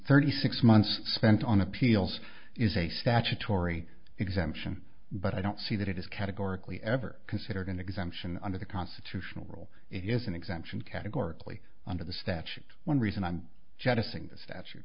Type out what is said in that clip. thirty six months spent on appeals is a statutory exemption but i don't see that it is categorically ever considered an exemption under the constitutional rule it is an exemption categorically under the statute one reason i'm just saying the statu